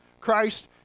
Christ